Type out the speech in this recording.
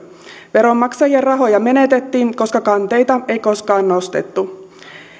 veronmaksajien rahoja menetettiin koska kanteita ei koskaan nostettu